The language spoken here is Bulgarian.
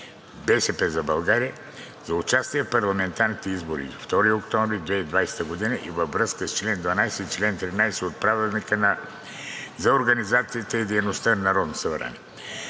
„БСП за България“ за участие в парламентарните избори на 2 октомври 2022 г. и във връзка с чл. 12 и чл. 13 от Правилника за организацията и дейността на Народното събрание